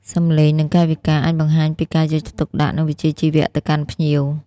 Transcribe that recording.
សម្លេង និងកាយវិការអាចបង្ហាញពីការយកចិត្តទុកដាក់ និងវិជ្ជាជីវៈទៅកាន់ភ្ញៀវ។